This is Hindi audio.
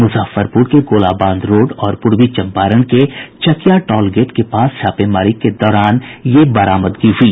मुजफ्फरपुर के गोला बांध रोड और पूर्वी चम्पारण के चकिया टॉल गेट के पास छापेमारी के दौरान ये बरामदगी हुई